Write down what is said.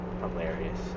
hilarious